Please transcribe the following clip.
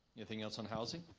you're thinking else on housing